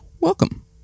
welcome